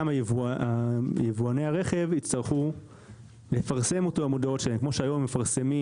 גם יבואני הרכב יצטרכו לפרסם אותו במודעות שלהם כמו שהיום הם מפרסמים